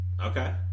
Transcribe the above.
Okay